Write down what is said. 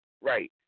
Right